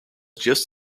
just